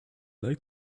like